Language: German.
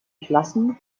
klassen